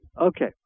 Okay